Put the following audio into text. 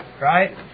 Right